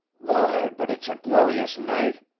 lord, but it's a glorious night!